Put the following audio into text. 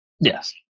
Yes